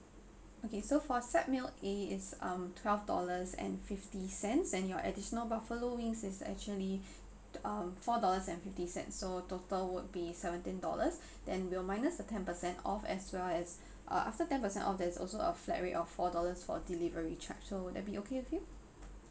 okay so for set meal A is um twelve dollars and fifty cents and your additional buffalo wings is actually um four dollars and fifty cents so total would be seventeen dollars then we'll minus the ten percent off as well as uh after ten percent off there's also a flat rate of four dollars for delivery charge so would that be okay with you